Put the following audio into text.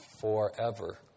forever